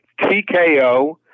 TKO